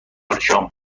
ارشم